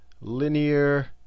Linear